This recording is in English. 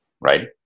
right